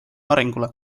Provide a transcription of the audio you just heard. arengule